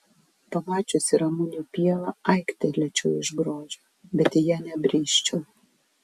pamačiusi ramunių pievą aiktelėčiau iš grožio bet į ją nebrisčiau